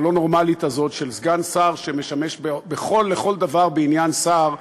הלא-נורמלית הזאת של סגן שר שמשמש לכל דבר ועניין שר,